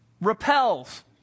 repels